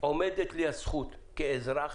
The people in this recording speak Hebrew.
עומדת לי הזכות כאזרח